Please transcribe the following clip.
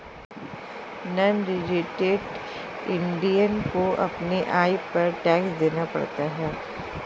non resident Indian को अपने आय पर टैक्स देना पड़ता है